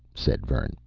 said vern.